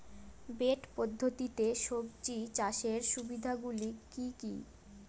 Bed পদ্ধতিতে সবজি চাষের সুবিধাগুলি কি কি?